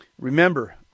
Remember